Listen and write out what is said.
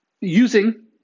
using